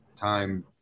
time